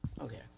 Okay